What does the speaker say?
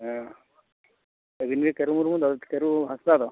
ᱦᱮᱸ ᱟᱹᱵᱤᱱ ᱜᱮ ᱠᱟᱹᱨᱩ ᱢᱩᱨᱢᱩ ᱫᱚ ᱠᱟᱹᱨᱩ ᱦᱟᱸᱥᱫᱟ ᱫᱚ